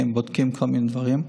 כי הם בודקים כל מיני דברים.